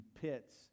pits